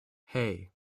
hey